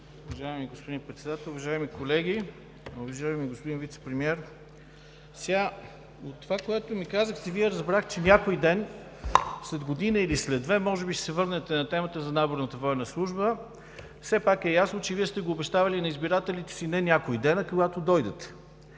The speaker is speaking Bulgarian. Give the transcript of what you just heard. Уважаеми господин Председател, уважаеми колеги! Уважаеми господин Вицепремиер, от това, което ми казахте, разбрах, че някой ден – след година или след две, може би ще се върнете на темата за наборната военна служба. Все пак е ясно, че Вие сте го обещавали на избирателите си не „някой ден“, а когато дойдете.